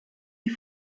die